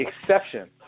exception